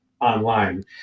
online